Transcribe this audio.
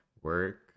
work